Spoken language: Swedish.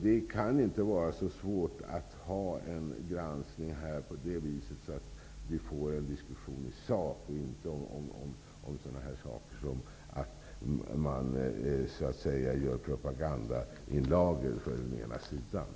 Det kan inte vara särskilt svårt att göra en granskning på det viset att vi får en diskussion i sak och inte en diskussion om att det skulle göras progaganda i lager för den ena sidan.